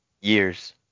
years